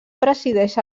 presideix